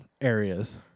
areas